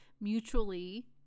mutually